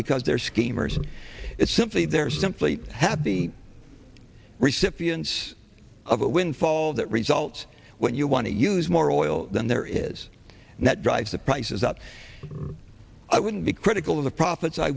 because they're schemers it's simply there simply have the recipients of a windfall that results when you want to use more oil than there is and that drives the prices up i wouldn't be critical of the profits i